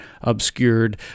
obscured